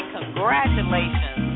congratulations